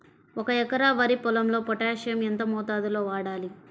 ఒక ఎకరా వరి పొలంలో పోటాషియం ఎంత మోతాదులో వాడాలి?